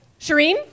Shireen